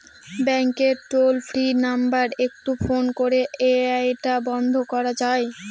ব্যাংকের toll free number একটু phone করে এটা বন্ধ করা যায়?